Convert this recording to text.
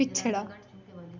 पिछड़ा